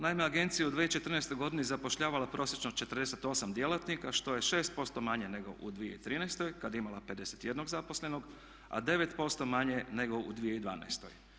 Naime, agencija je u 2014. godini zapošljavala prosječno 48 djelatnika što je 6% manje nego u 2013. kad je imala 51 zaposlenog, a 9% manje nego u 2012.